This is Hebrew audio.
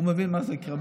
הוא מבין מה זה קרבי?